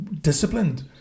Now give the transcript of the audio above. disciplined